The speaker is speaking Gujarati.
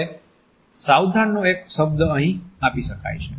હવે સાવધાન નો એક શબ્દ અહીં આપી શકાય છે